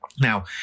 Now